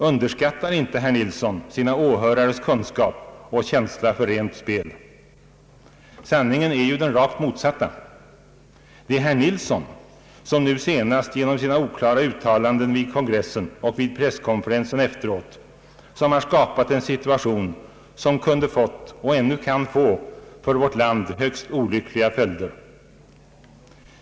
Underskattar inte herr Nilsson sina åhörares kunskap och känsla för rent spel? Sanningen är ju den rakt motsatta. Det är herr Nilsson som nu senast genom sina oklara uttalanden vid kongressen och vid presskonferensen efteråt har skapat en situation som kunde fått och ännu kan få för vårt land högst olyckliga följder.